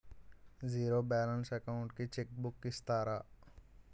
Zero balance account కి cheque book ఇస్తారా?